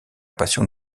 passion